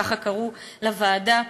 ככה קראו לוועדה.